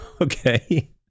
Okay